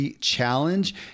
Challenge